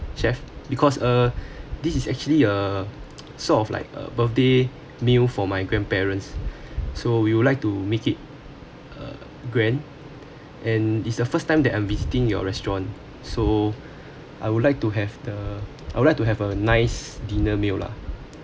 chef because uh this is actually a sort of like a birthday meal for my grandparents so we would like to make it uh grand and it's the first time that I'm visiting your restaurant so I would like to have the I would like to have a nice dinner meal lah